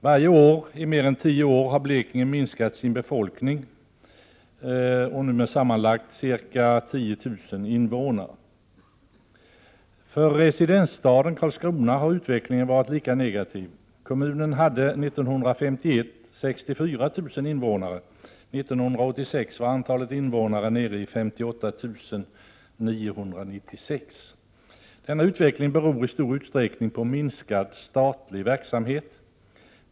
Varje år i mer än tio år har Blekinge minskat sin befolkning, nu med sammanlagt ca 10 000 invånare. För residensstaden Karlskrona har utvecklingen varit lika negativ. Kommunen hade 64 000 invånare år 1951, och år 1986 var antalet invånare nere i 58 996. Denna utveckling beror i stor utsträckning på minskad statlig verksamhet.